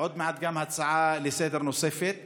עוד מעט גם הצעה נוספת לסדר-היום,